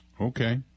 Okay